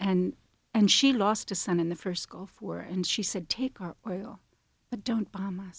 and and she lost a son in the first gulf war and she said take our oil but don't bomb